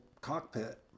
cockpit